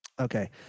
Okay